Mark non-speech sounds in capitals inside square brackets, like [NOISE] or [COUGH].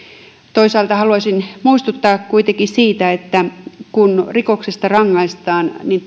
toisaalta haluaisin muistuttaa kuitenkin siitä että kun rikoksesta rangaistaan niin [UNINTELLIGIBLE]